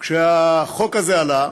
כשהחוק הזה עלה,